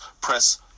press